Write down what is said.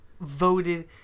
voted